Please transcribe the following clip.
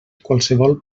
qualsevol